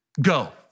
Go